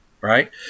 right